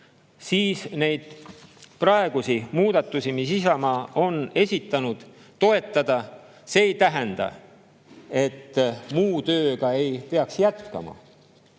siis neid praegusi muudatusi, mis Isamaa on esitanud, [tuleks] toetada. See ei tähenda et muu tööga ei peaks jätkama.